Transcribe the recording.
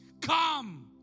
come